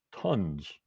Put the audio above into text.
tons